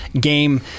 game